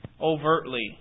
overtly